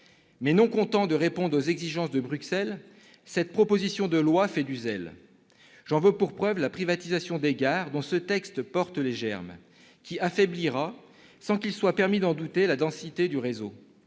Non contente de répondre aux exigences de Bruxelles, cette proposition de loi fait du zèle. J'en veux pour preuve la privatisation des gares dont ce texte porte les germes, privatisation qui affaiblira, sans qu'il soit permis d'en douter, la densité du réseau.